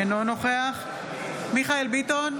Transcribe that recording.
אינו נוכח מיכאל מרדכי ביטון,